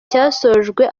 cyasojwe